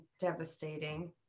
devastating